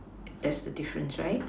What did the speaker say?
that's the difference right